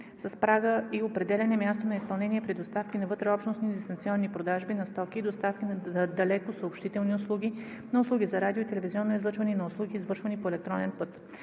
с прага и определяне място на изпълнение при доставки на вътреобщностни дистанционни продажби на стоки и доставки на далекосъобщителни услуги, на услуги за радио- и телевизионно излъчване и на услуги, извършвани по електронен път.